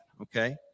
okay